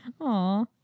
Aw